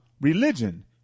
religion